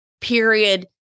Period